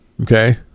Okay